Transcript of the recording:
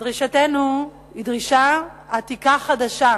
דרישתנו היא דרישה עתיקה-חדשה.